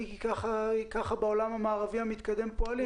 כי כך בעולם המערבי המתקדם פועלים.